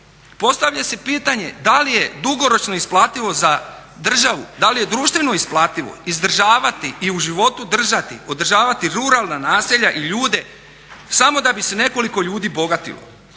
Postavlja se pitanje da li je dugoročno isplativo za državu, da li je društveno isplativo izdržavati i u životu držati, održavati ruralna naselja i ljude samo da bi se nekoliko ljudi bogatilo.